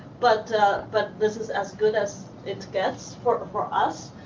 but but this is as good as it gets for for us.